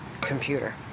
computer